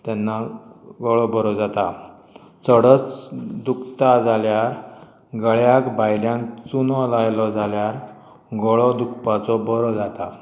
तेन्ना गळो बरो जाता चडच दुखता जाल्यार गळ्याक भायल्यान चुनो लायलो जाल्यार गळो दुखपाचो बरो जाता